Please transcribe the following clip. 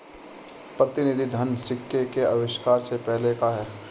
प्रतिनिधि धन सिक्के के आविष्कार से पहले का है